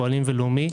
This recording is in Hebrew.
פועלים ולאומי,